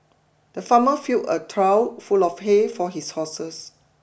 the farmer filled a trough full of hay for his horses